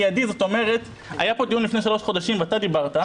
היה פה דיון לפני שלושה חודשים ואתה אמרת,